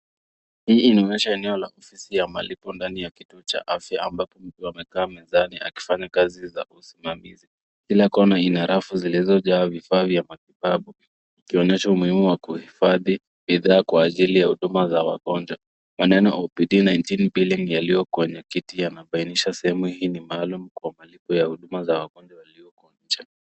Hii inaonyesha eneo la ofisi ya malipo ndani ya kituo cha afya ambapo mtu amekaa mezani akifanya kazi za usimamizi, ila kona Ina rafu zilizojaa vifaa vya matibabu ikionyesha umuhimu wa kuhifadhi bidhaa kwa ajili ya huduma za wagonjwa